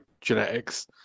Genetics